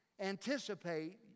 anticipate